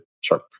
sharp